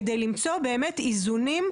כדי למצוא באמת איזונים.